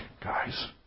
guys